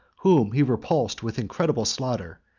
whom he repulsed with incredible slaughter,